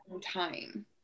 time